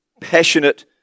passionate